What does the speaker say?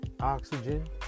oxygen